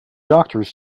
doctors